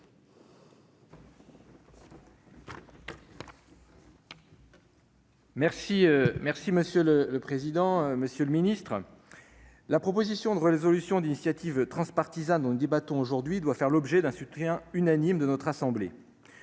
Monsieur le président, monsieur le ministre, mes chers collègues, la proposition de résolution d'initiative transpartisane dont nous débattons aujourd'hui doit faire l'objet d'un soutien unanime de la Haute Assemblée.